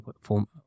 form